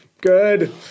Good